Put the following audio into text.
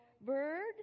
Bird